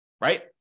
Right